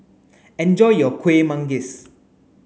enjoy your Kuih Manggis